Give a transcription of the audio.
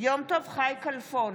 יום טוב חי כלפון,